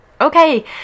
Okay